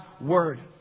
word